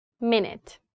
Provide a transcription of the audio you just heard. minute